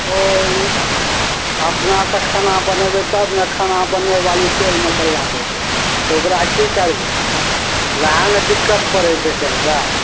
ओ ओ अपनासँ खाना बनेबै तब ने खाना बनबै बाली तेल मसल्ला दै छै तऽ ओकरा की करबै ओहए ने दिक्कत करै छै कनिटा